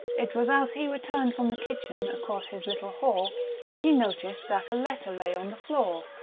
it was as he returned from the kitchen across his little hall that he noticed that a letter lay on the floor.